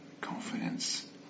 confidence